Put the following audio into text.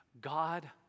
God